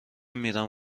میرم